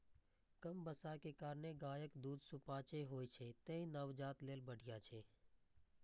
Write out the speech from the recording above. कम बसा के कारणें गायक दूध सुपाच्य होइ छै, तें नवजात लेल बढ़िया छै